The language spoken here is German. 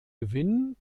gewinn